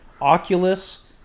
Oculus